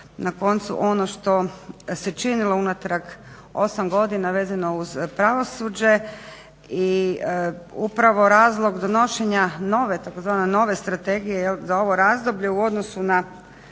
na koncu ono što se činilo unatrag 8 godina vezano uz pravosuđe, i upravo razlog donošenja nove, tzv. nove strategije za ovo razdoblje u odnosu na